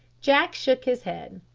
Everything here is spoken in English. jack shook his head.